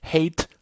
Hate